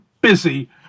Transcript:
busy